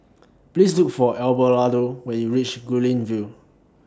Please Look For Abelardo when YOU REACH Guilin View